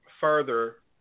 further